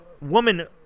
woman